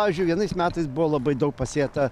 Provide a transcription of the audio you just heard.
pavyzdžiui vienais metais buvo labai daug pasėta